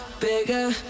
bigger